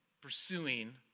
pursuing